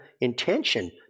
intention